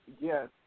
yes